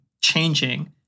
changing